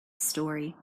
story